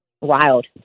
wild